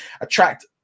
attract